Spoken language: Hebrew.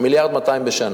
1.2 מיליארד בשנה.